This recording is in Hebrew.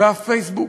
והפייסבוק,